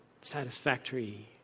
satisfactory